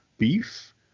beef